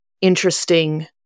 interesting